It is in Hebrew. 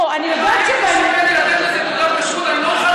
אל תבקשו ממני לתת לכם תעודת כשרות.